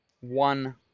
one